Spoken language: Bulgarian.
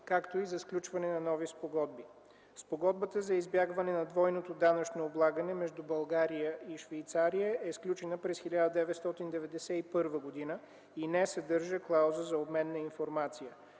както и за сключване на нови спогодби. Спогодбата за избягване на двойното данъчно облагане между България и Швейцария е сключена през 1991 г. и не съдържа клауза за обмен на информация.